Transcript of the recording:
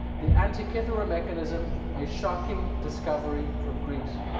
the antikythera mechanism, a shocking discovery from greece.